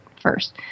first